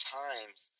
times